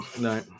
No